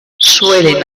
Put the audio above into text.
suelen